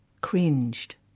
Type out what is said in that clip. cringed